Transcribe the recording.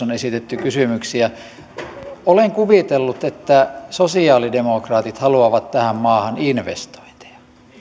on esitetty kysymyksiä olen kuvitellut että sosialidemokraatit haluavat tähän maahan investointeja